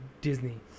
Disney